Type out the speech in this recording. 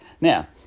Now